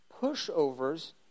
pushovers